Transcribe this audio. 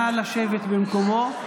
נא לשבת במקומו.